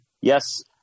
Yes